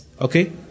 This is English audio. okay